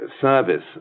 service